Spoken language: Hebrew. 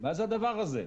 מה זה הדבר הזה?